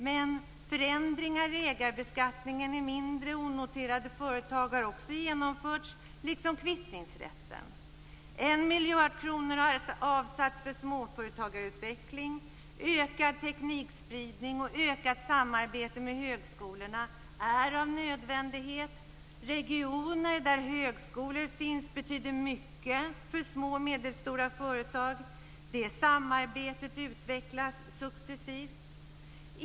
Men förändringar i ägarbeskattningen i mindre, onoterade, företag har också genomförts, liksom kvittningsrätten. 1 miljard kronor har avsatts för småföretagarutveckling. Ökad teknikspridning och ökat samarbete med högskolorna är av nödvändighet. Regioner där högskolor finns betyder mycket för små och medelstora företag. Det samarbetet utvecklas successivt.